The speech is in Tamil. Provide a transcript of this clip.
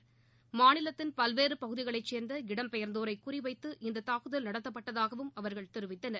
இதில் மாநிலத்தின் பல்வேறு பகுதிகளைச் சேர்ந்த இடம் பெயர்ந்தோரை குறிவைத்து இந்தத் தாக்குதல் நடத்தப்பட்டதாகவும் அவர்கள் தெரிவித்தனர்